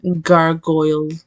gargoyle